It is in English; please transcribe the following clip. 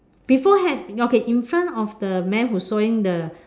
before hat okay in front of the man who's sawing the